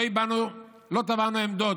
לא תבענו עמדות,